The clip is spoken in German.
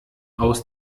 aus